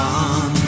on